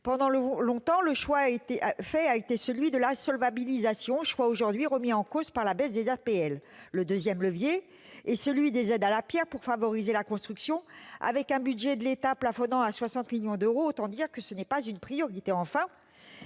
Pendant longtemps, le choix fait a été celui de la solvabilisation. Ce choix est aujourd'hui remis en cause par la baisse des APL. Le deuxième levier est celui des aides à la pierre pour favoriser la construction. Avec un budget de l'État plafonnant à 60 millions d'euros, autant dire que ce n'est pas une priorité. Enfin,